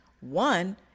One